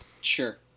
sure